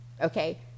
Okay